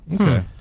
Okay